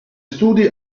studi